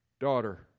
daughter